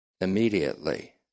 immediately